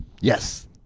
Yes